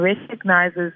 recognizes